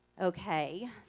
Okay